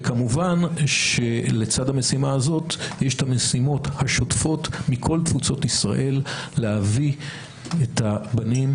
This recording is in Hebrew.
וכמובן לצד המשימה הזאת יש את המשימות השוטפות להביא את הבנים,